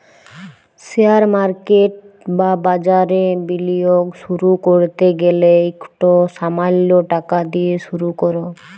share market বা বাজারে বিলিয়গ শুরু ক্যরতে গ্যালে ইকট সামাল্য টাকা দিঁয়ে শুরু কর